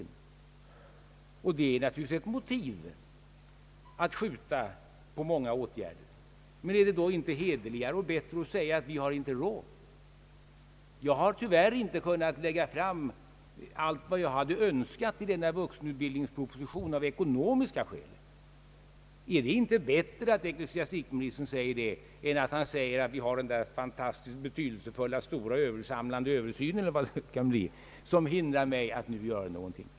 En sådan utredning kan naturligtvis vara ett motiv för uppskov med många åtgärder. Men är det inte bättre och hederligare att säga, att vi ännu inte har råd? Jag har tyvärr inte kunnat lägga fram allt vad jag har önskat i denna vuxenutbildningsproposition, och det är av ekonomiska skäl. Är det inte bättre att säga det, än att som herr Wallmark tala om den stora, samlande översynen, som förhindrar åtgärderna?